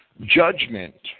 judgment